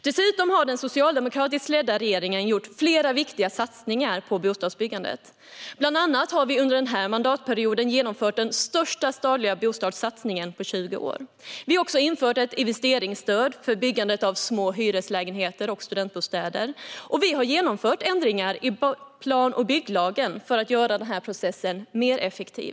Dessutom har vi och den socialdemokratiskt ledda regeringen gjort flera viktiga satsningar på bostadsbyggandet. Bland annat har vi under den här mandatperioden genomfört den största statliga bostadssatsningen på 20 år. Vi har också infört ett investeringsstöd för byggande av små hyreslägenheter och studentbostäder. Och vi har genomfört ändringar i plan och bygglagen för att göra planprocessen mer effektiv.